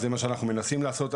זה מה שאנחנו מנסים לעשות,